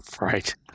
Right